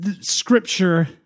scripture